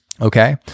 Okay